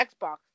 Xbox